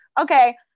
Okay